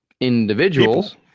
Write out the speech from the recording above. individuals